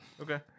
Okay